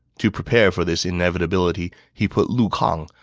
to prepare for this inevitability, he put lu kang,